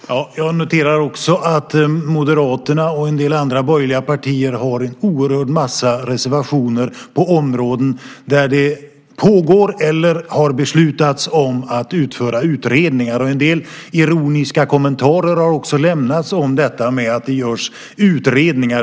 Herr talman! Jag noterar också att Moderaterna och en del andra borgerliga partier har en oerhörd massa reservationer på områden där det pågår eller har beslutats om att man ska utföra utredningar. En del ironiska kommentarer har också lämnats om att det görs utredningar.